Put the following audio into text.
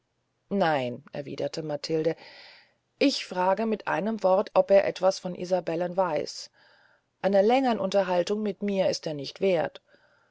nein erwiederte matilde ich frage mit einem wort ob er etwas von isabellen weiß einer längern unterhaltung mit mir ist er nicht werth